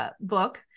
book